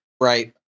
Right